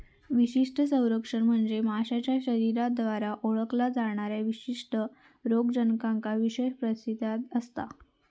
विशिष्ट संरक्षण म्हणजे माशाच्या शरीराद्वारे ओळखल्या जाणाऱ्या विशिष्ट रोगजनकांका विशेष प्रतिसाद असता